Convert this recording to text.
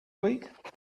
week